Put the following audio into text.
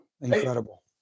Incredible